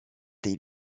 des